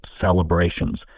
celebrations